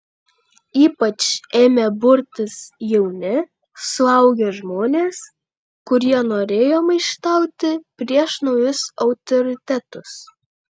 ypač ėmė burtis jauni suaugę žmonės kurie norėjo maištauti prieš naujus autoritetus